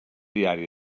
diari